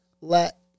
let